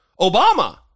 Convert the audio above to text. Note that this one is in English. Obama